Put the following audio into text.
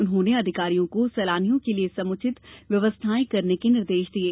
उन्होंने अधिकारियों को सैलानियों के लिए समुचित व्यवस्थाएं करने के निर्देश दिये